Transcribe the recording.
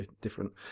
different